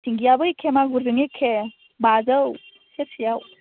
सिंगियाबो एखे मागुरजों एखे बाजौ सेरसेआव